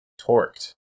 torqued